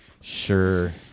Sure